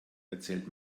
erzählt